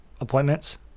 appointments